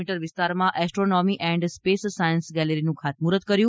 મી વિસ્તારમાં astronomy and space science ગેલેરીનું ખાતમુહૂર્ત કર્યું